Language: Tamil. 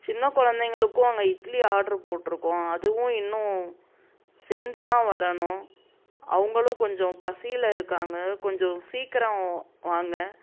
சின்ன கொழந்தைங்களுக்கும் அங்கே இட்லி ஆட்ரு போட்டிருக்கோம் அதுவும் இன்னும் சேர்ந்து தான் வரணும் அவர்களும் கொஞ்சம் பசியில் இருக்காங்க கொஞ்சம் சீக்கிரம் வாங்க